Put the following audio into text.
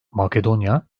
makedonya